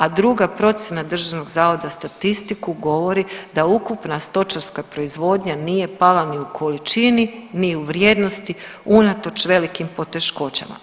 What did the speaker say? A druga procjena Državnog zavoda za statistiku govori da ukupna stočarska proizvodnja nije pala ni u količini, ni u vrijednosti unatoč velikim poteškoćama.